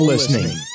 Listening